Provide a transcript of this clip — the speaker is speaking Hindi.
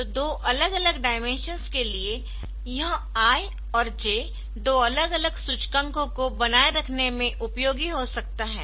तो दो अलग अलग डाइमेंशंस के लिए यह i और j दो अलग अलग सूचकांकों को बनाए रखने में उपयोगी हो सकता है